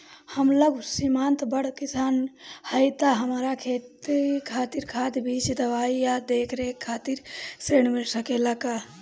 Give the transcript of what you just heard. हम लघु सिमांत बड़ किसान हईं त हमरा खेती खातिर खाद बीज दवाई आ देखरेख खातिर ऋण मिल सकेला का?